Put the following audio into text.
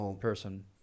person